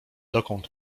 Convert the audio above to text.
dokąd